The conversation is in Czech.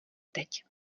teď